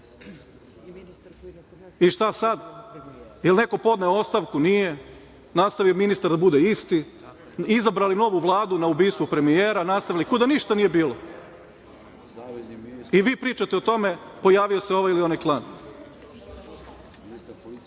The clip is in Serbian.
I šta sad? Jel neko podneo ostavku? Nije. Nastavio ministar da bude isti, izabrali novu Vladu na ubistvo premijera, nastavili kao da ništa nije bilo. I vi pričate o tome – pojavio se ovaj ili onaj klan. Pričate o